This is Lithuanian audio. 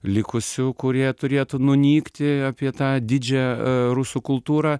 likusių kurie turėtų nunykti apie tą didžią rusų kultūrą